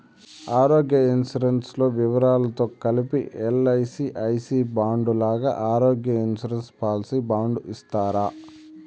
ఆరోగ్య ఇన్సూరెన్సు లో వివరాలతో కలిపి ఎల్.ఐ.సి ఐ సి బాండు లాగా ఆరోగ్య ఇన్సూరెన్సు పాలసీ బాండు ఇస్తారా?